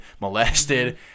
molested